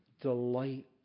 delight